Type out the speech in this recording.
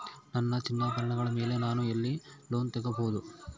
ನನ್ನ ಚಿನ್ನಾಭರಣಗಳ ಮೇಲೆ ನಾನು ಎಲ್ಲಿ ಲೋನ್ ತೊಗೊಬಹುದು?